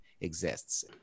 exists